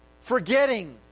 Forgetting